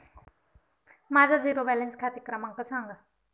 माझा zero balance खाते क्रमांक सांगा